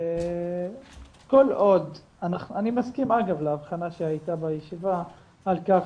אני מסכים אגב להבחנה שהייתה בישיבה על כך